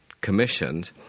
commissioned